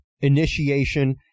Initiation